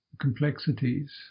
complexities